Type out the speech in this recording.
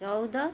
ଚଉଦ